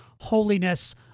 holiness